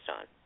on